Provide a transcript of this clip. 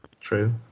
True